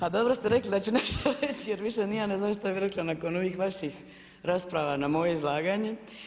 A dobro ste rekli da ću nešto reći, jer više ni ja ne znam što bih rekla nakon ovih vaših rasprava na moje izlaganje.